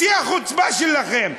בשיא החוצפה שלכם,